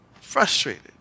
frustrated